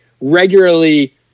regularly